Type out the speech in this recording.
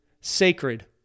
sacred